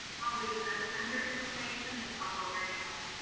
probably under information until we're ready to,